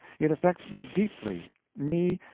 it affects me deeply me,